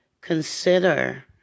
consider